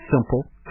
simple